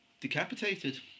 decapitated